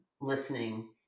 listening